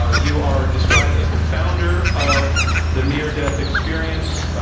ah you are described as the founder of the near death experience.